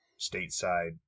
stateside